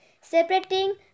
separating